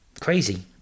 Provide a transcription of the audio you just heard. crazy